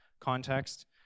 context